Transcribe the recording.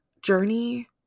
journey